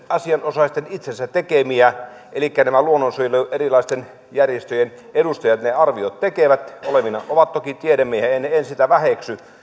asianosaisten itsensä tekemiä elikkä kun nämä erilaisten luonnonsuojelujärjestöjen edustajat ne arviot tekevät ovat toki tiedemiehiä en sitä väheksy